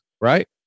right